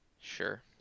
Sure